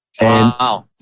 wow